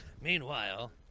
Meanwhile